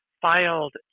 filed